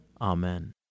Amen